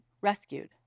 rescued